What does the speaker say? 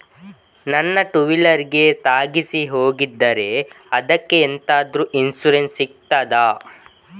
ನನ್ನ ಟೂವೀಲರ್ ಗೆ ತಾಗಿಸಿ ಹೋಗಿದ್ದಾರೆ ಅದ್ಕೆ ಎಂತಾದ್ರು ಇನ್ಸೂರೆನ್ಸ್ ಸಿಗ್ತದ?